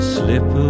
slip